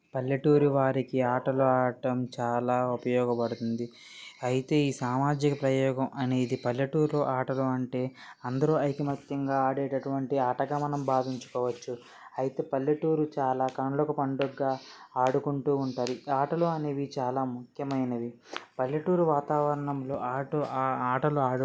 పల్లెటూరి వారికి ఆటలు ఆడటం చాలా ఉపయోగపడుతుంది అయితే ఈ సామాజిక ప్రయోగం అనేది పల్లెటూర్లో ఆటలు అంటే అందరూ ఐకమత్యంగా ఆడేటటువంటి ఆటగా మనం భావించుకోవచ్చు అయితే పల్లెటూరు చాలా కనులకు పండుగ్గా ఆడుకుంటూ ఉంటారు ఆటలు అనేవి చాలా ముఖ్యమైనవి పల్లెటూరు వాతావరణంలో ఆట ఆ ఆటలు ఆడు